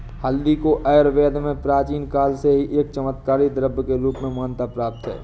हल्दी को आयुर्वेद में प्राचीन काल से ही एक चमत्कारिक द्रव्य के रूप में मान्यता प्राप्त है